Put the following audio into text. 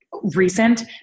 recent